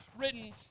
written